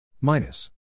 minus